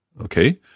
okay